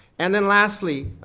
and then lastly,